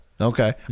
Okay